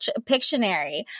Pictionary